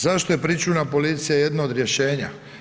Zašto je pričuvna policija jedna od rješenja?